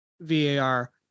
VAR